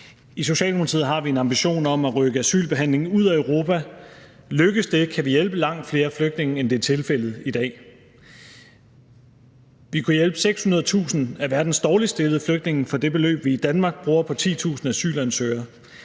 I Socialdemokratiet har vi en ambition om at rykke asylbehandlingen ud af Europa. Lykkes det, kan vi hjælpe langt flere flygtninge, end det er tilfældet i dag. Vi kunne hjælpe 600.000 af verdens dårligst stillede flygtninge for det beløb, vi i Danmark bruger på 10.000 asylansøgere